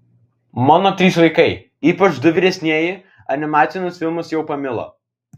mano trys vaikai ypač du vyresnieji animacinius filmus jau pamilo